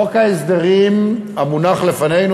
חוק ההסדרים המונח לפנינו,